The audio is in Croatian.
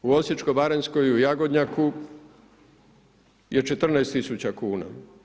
U Osječko-baranjskoj u Jagodnjaku je 14 tisuća kuna.